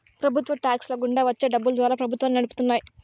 ప్రభుత్వ టాక్స్ ల గుండా వచ్చే డబ్బులు ద్వారా ప్రభుత్వాన్ని నడుపుతున్నాయి